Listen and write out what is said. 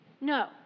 No